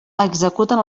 executen